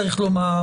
צריך לומר